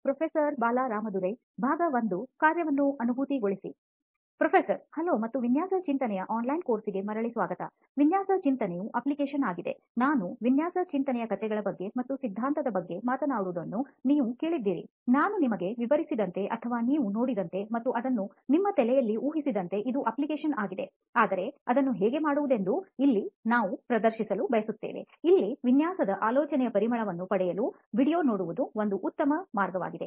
professor hello ಮತ್ತು ವಿನ್ಯಾಸ ಚಿಂತನೆಯ ಆನ್ಲೈನ್ ಕೋರ್ಸ್ಗೆ ಮರಳಿ ಸ್ವಾಗತ ವಿನ್ಯಾಸ ಚಿಂತನೆಯು ಅಪ್ಲಿಕೇಶನ್ ಆಗಿದೆನಾನು ನಾನು ವಿನ್ಯಾಸ ಚಿಂತನೆಯ ಕಥೆಗಳ ಬಗ್ಗೆ ಮತ್ತು ಸಿದ್ಧಾಂತದ ಬಗ್ಗೆ ಮಾತನಾಡುವುದನ್ನು ನೀವು ಕೇಳಿದ್ದೀರಿನಾನು ನಿಮಗೆ ವಿವರಿಸಿದಂತೆ ಅಥವಾ ನೀವು ನೋಡಿದಂತೆ ಮತ್ತು ಅದನ್ನು ನಿಮ್ಮ ತಲೆಯಲ್ಲಿ ಊಹಿಸಿದಂತೆ ಇದು ಅಪ್ಲಿಕೇಶನ್ ಆಗಿದೆ ಆದರೆ ಅದನ್ನು ಹೇಗೆ ಮಾಡಬಹುದೆಂದು ಇಲ್ಲಿ ನಾನು ಪ್ರದರ್ಶಿಸಲು ಬಯಸುತ್ತೇನೆಇಲ್ಲಿ ವಿನ್ಯಾಸದ ಆಲೋಚನೆಯ ಪರಿಮಳವನ್ನು ಪಡೆಯಲು ವೀಡಿಯೊ ನೋಡುವುದು ಒಂದು ಉತ್ತಮ ಮಾರ್ಗವಾಗಿದೆ